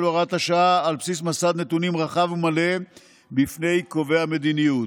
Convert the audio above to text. הוראת השעה על בסיס מסד נתונים רחב ומלא בפני קובעי המדיניות.